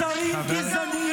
תפסיקו עם ההזיה הזאת,